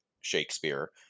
Shakespeare